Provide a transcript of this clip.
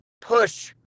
push